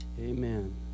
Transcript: Amen